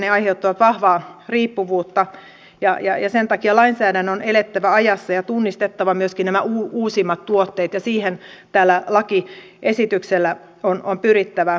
ne aiheuttavat vahvaa riippuvuutta ja sen takia lainsäädännön on elettävä ajassa ja tunnistettava myöskin nämä uusimmat tuotteet ja siihen tällä lakiesityksellä on pyrittävä